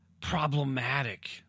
problematic